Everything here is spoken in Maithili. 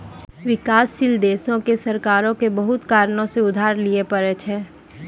विकासशील देशो के सरकारो के बहुते कारणो से उधार लिये पढ़ै छै